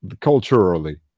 culturally